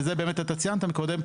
וזה באמת אתה ציינת מקודם,